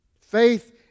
Faith